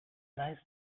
nice